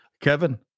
Kevin